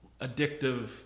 addictive